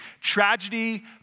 Tragedy